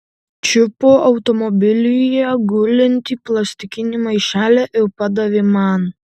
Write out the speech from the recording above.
čiupo automobilyje gulintį plastikinį maišelį ir padavė man